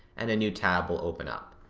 and a new tab will open up.